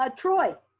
ah troy,